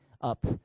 up